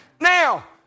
Now